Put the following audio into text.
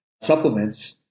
supplements